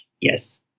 Yes